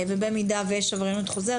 ובמידה ויש עבריינות חוזרת,